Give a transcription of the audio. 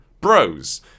Bros